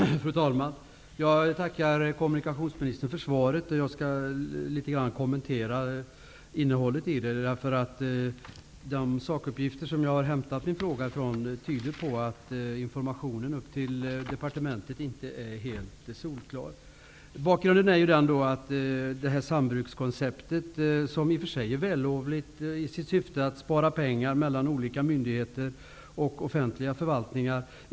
Fru talman! Jag tackar kommunikationsministern för svaret. Jag skall något kommentera innehållet i det. De sakuppgifter jag har som grund för min fråga tyder på att informationen till departementet inte är helt solklar. Sambrukskonceptet är i och för sig vällovligt. Syftet är att spara pengar för olika myndigheter och offentliga förvaltningar.